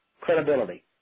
credibility